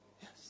Yes